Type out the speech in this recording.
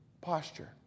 posture